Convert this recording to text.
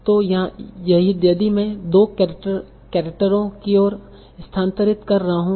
तो यदि मैं 2 केरेक्टरो की ओर स्थानांतरित कर रहा हूँ